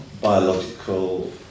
biological